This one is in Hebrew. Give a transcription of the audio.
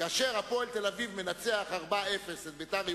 כאשר "הפועל תל-אביב" מנצחת 0:4 את "בית"ר ירושלים",